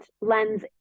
lens